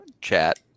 chat